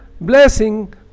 blessing